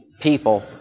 people